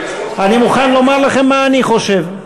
אני מוכן לומר לכם מה אני חושב.